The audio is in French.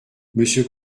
monsieur